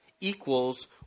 equals